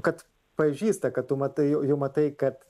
kad pažįsta kad tu matai jau matai kad